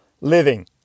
living